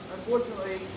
Unfortunately